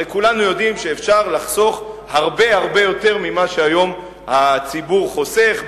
הרי כולנו יודעים שאפשר לחסוך הרבה הרבה יותר ממה שהיום הציבור חוסך,